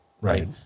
right